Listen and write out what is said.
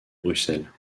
bruxelles